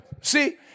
See